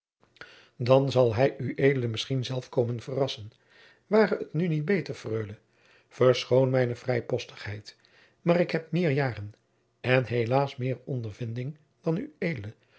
dan zal hij ued misschien zelf komen verrassen ware het nu niet beter freule verschoon mijne vrijpostigheid maar ik heb meer jaren en helaas meer ondervinding dan